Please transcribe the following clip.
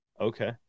okay